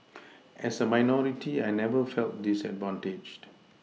as a minority I never felt disadvantaged